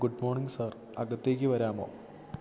good morning sir അകത്തേക്ക് വരാമോ